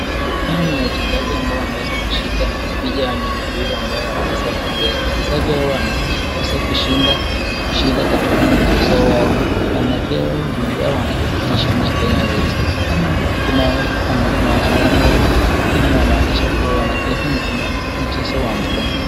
Hawa ni wachezaji ambao wameeza kushika picha ya wanyama pori ambao wameeza kuchorwa, wachezaji hawa wameweza kushinda katika mchezo wao, wanapewa viungo ujumbe yao wanadhibitisha na Kenya Airways hawa ni wavulana wote hii inaonyesha wanacheza michezo wa mkono.